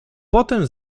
potem